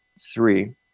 Three